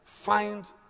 find